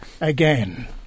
again